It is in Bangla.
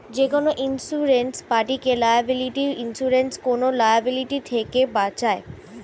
যেকোনো ইন্সুরেন্স পার্টিকে লায়াবিলিটি ইন্সুরেন্স কোন লায়াবিলিটি থেকে বাঁচায়